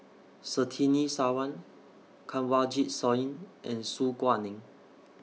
Surtini Sarwan Kanwaljit Soin and Su Guaning